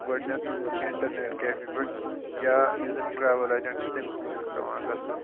گۄڈٕنیٚتھ internet cafe پٮ۪ٹھ یا یُس زَن ٹرٛیوٕل ایٚجنٹ چھُ تٔمِس نِش اوٗس پیٚوان گژھُن